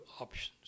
options